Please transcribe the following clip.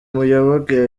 muyoboke